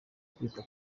kwita